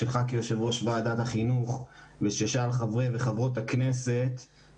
שלך כיושב ראש ועדת החינוך ושל שאר חברי וחברות הכנסת,